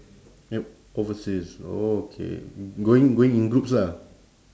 yup overseas okay going going in groups ah